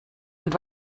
und